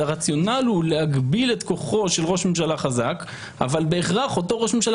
הרציונל הוא להגביל את כוחו של ראש ממשלה חזק אבל בהכרח אותו ראש ממשלה